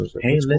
Hey